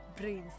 Brains